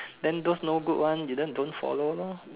then those no good one you then don't follow lor